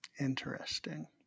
Interesting